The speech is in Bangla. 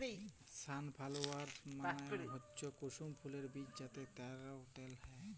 সানফালোয়ার মালে হচ্যে কুসুম ফুলের বীজ যাতে ক্যরে তেল হ্যয়